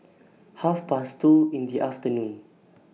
Half Past two in The afternoon